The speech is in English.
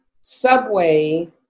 subway